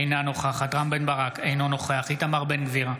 אינה נוכחת רם בן ברק, אינו נוכח איתמר בן גביר,